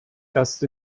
erst